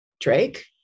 Drake